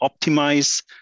optimize